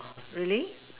really